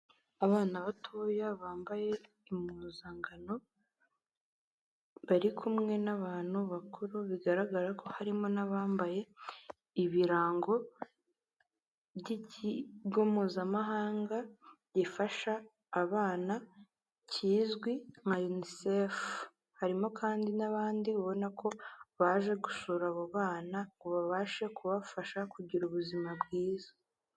Abana batoya bambaye impuzangano bari kumwe n'abantu bakuru, bigaragara ko harimo n'abambaye ibirango by'ikigo mpuzamahanga gifasha abana kizwi nka yunisefu. Harimo kandi n'abandi ubona ko baje gusura abo bana ngo babashe kubafasha kugira ubuzima bwiza.